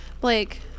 Blake